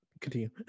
Continue